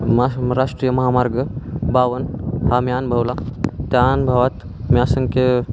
मा राष्ट्रीय महामार्ग बावन हा मी अनुभवला त्या अनुभवात मी असंख्य